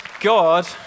God